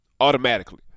automatically